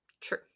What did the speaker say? True